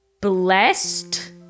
blessed